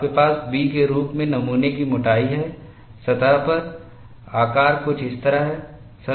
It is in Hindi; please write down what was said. आपके पास B के रूप में नमूने की मोटाई है सतह पर आकार कुछ इस तरह है